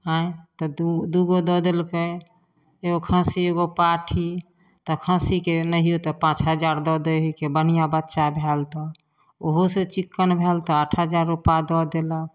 आँय तऽ दू दूगो दऽ देलकै एगो खस्सी एगो पाठी तऽ खस्सीके नहियो तऽ पाँच हजार दऽ दै हइके बनिहाँ बच्चा भेल तऽ ओहोसँ चिक्कन भेल तऽ आठ हजार रुपा दऽ देलक